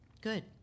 Good